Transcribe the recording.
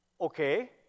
Okay